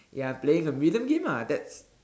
ya I'm playing a rhythm game ah that's